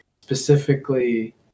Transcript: specifically